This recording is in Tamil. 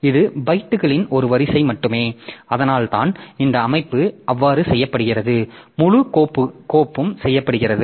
எனவே இது பைட்டுகளின் ஒரு வரிசை மட்டுமே அதனால் தான் இந்த அமைப்பு அவ்வாறு செய்யப்படுகிறது முழு கோப்பும் செய்யப்படுகிறது